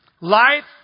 life